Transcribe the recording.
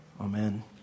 Amen